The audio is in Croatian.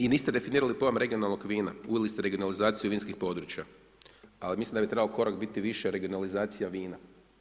A niste definirali pojam regionalnog vina, uveli ste regionalizaciju vinskih područja, a mislim da bi trebao biti korak više regionalizacija vina.